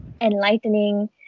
enlightening